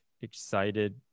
excited